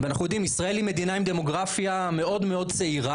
אנחנו יודעים שישראל היא מדינה עם דמוגרפיה מאוד צעירה,